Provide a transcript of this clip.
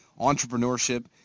entrepreneurship